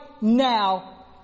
now